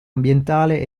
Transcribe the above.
ambientale